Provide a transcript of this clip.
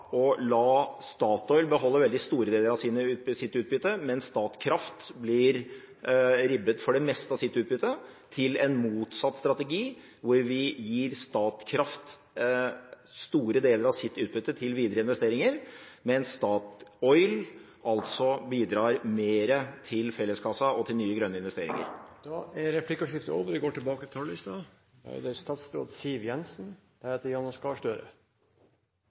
å la Statoil beholde veldig store deler av sitt utbytte, mens Statkraft blir ribbet for det meste av sitt utbytte, til en motsatt strategi, hvor vi gir Statkraft store deler av sitt utbytte til videre investeringer, mens Statoil bidrar mer til felleskassa og til nye grønne investeringer. Replikkordskiftet er omme. Finanskomiteens leder, Hans Olav Syversen, hadde funnet inspirasjon i gårsdagens salmesang på NRK. Da kan det